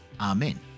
Amen